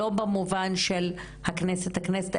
לא במובן של הכנסת-הכנסת,